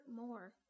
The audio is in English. more